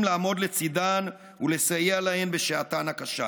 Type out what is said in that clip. לעמוד לצידן ולסייע להן בשעתן הקשה.